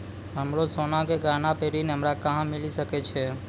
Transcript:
हमरो सोना के गहना पे ऋण हमरा कहां मिली सकै छै?